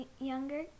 younger